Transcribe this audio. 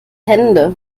hände